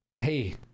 hey